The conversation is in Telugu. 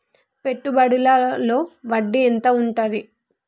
పెట్టుబడుల లో వడ్డీ ఎంత ఉంటది?